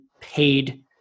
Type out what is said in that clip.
paid